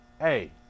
hey